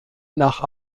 nach